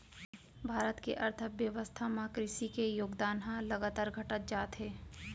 भारत के अर्थबेवस्था म कृसि के योगदान ह लगातार घटत जात हे